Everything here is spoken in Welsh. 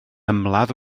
ymladd